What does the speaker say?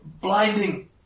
Blinding